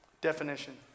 Definition